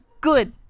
good